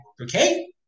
Okay